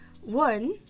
one